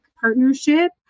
partnership